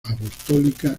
apostólica